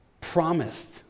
promised